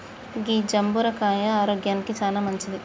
గీ జంబుర కాయ ఆరోగ్యానికి చానా మంచింది